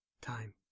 Time